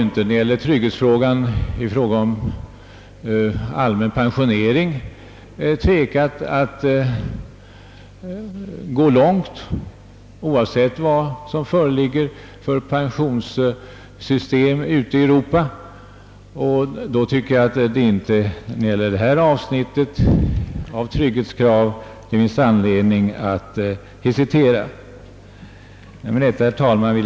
När det gäller trygghetsfrågor har vi ju, t.ex. i fråga om den allmänna pensioneringen — ATP — inte tvekat att gå vår egen väg, oavsett vilka pensionssystem som tillämpas i andra europeiska länder. Därför anser jag att det inte heller kan finnas anledning till tvekan i nu föreliggande fråga. Herr talman!